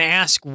ask